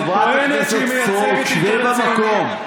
חברת הכנסת סטרוק, נא לשבת במקום.